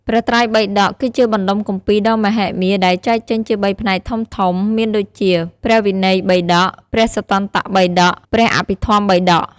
ព្រះត្រៃបិដក គឺជាបណ្តុំគម្ពីរដ៏មហិមាដែលចែកចេញជាបីផ្នែកធំៗមានដូចជា ព្រះវិន័យបិដក ព្រះសុត្តន្តបិដក ព្រះអភិធម្មបិដក។